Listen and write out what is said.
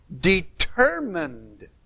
determined